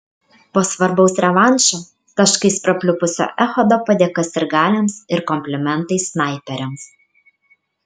po svarbaus revanšo taškais prapliupusio echodo padėka sirgaliams ir komplimentai snaiperiams